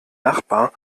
nachbar